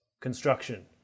Construction